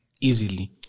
easily